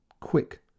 Quick